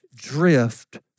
drift